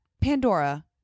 Pandora